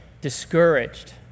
discouraged